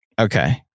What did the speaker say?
Okay